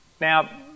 Now